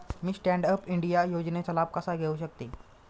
मी stand up India योजनेचा लाभ कसा घेऊ शकते